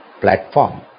platform